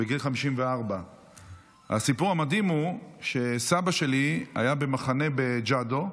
בגיל 54. הסיפור המדהים הוא שסבא שלי היה במחנה בג'אדו,